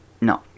No